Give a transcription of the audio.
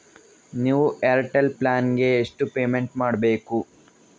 New Airtel plan ಗೆ ಎಷ್ಟು payment ಮಾಡ್ಬೇಕು?